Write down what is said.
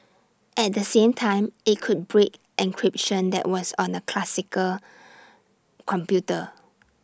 at the same time IT could break encryption that was on A classical computer